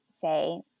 say